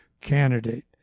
candidate